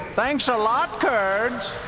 thanks a lot, kurds!